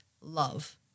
love